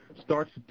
starts